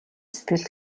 сэтгэл